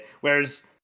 whereas